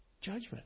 Judgment